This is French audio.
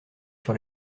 sur